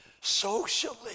socially